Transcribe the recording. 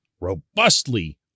robustly